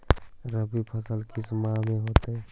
रवि फसल किस माह में होता है?